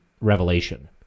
Revelation